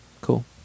cool